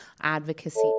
advocacy